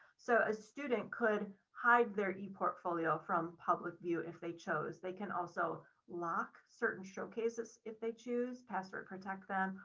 so a student could hide their eportfolio from public view, if they chose, they can also lock certain showcases if they choose password protect them,